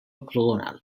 octogonal